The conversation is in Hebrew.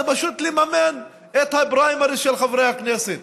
פשוט לממן את הפריימריז של חברי הכנסת.